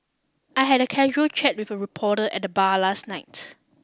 I had a casual chat with a reporter at the bar last night